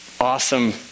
awesome